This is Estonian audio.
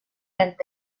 ent